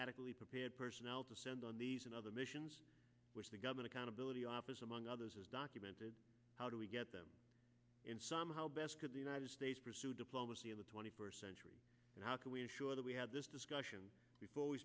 adequately prepared personnel to send on these and other missions which the government accountability office among others has documented how do we get them in some how best to the united states pursue diplomacy in the twenty first century and how can we ensure that we had this discussion before we